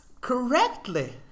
correctly